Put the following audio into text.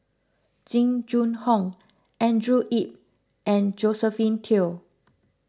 Jing Jun Hong Andrew Yip and Josephine Teo